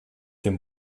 dem